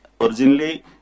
Originally